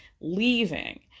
leaving